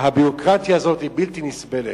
והביורוקרטיה הזאת היא בלתי נסבלת.